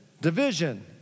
division